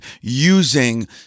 using